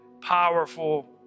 powerful